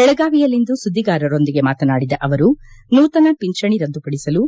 ಬೆಳಗಾವಿಯಲ್ಲಿಂದು ಸುದ್ದಿಗಾರರೊಂದಿಗೆ ಮಾತನಾಡಿದ ಅವರು ನೂತನ ಪಿಂಚಣಿ ರದ್ದು ಪದಿಸಲು